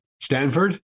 Stanford